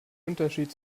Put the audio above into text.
unterschied